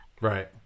Right